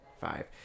Five